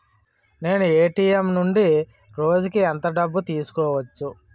నేను ఎ.టి.ఎం నుండి రోజుకు ఎంత డబ్బు తీసుకోవచ్చు?